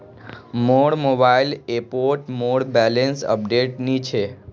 मोर मोबाइल ऐपोत मोर बैलेंस अपडेट नि छे